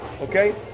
okay